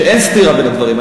שאין סתירה בין הדברים.